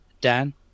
dan